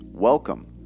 Welcome